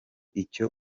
icyo